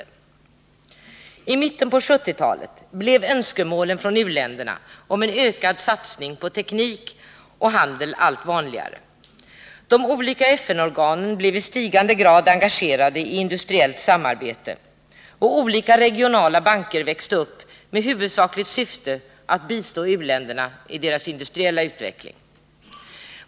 I mitten på 1970-talet blev önskemålen från u-länderna om en ökad satsning på teknik och handel allt vanligare. De olika FN-organen blev i stigande grad engagerade i industriellt samarbete, och olika regionala banker växte upp med huvudsakligt syfte att bistå u-länderna i deras industriella utveckling.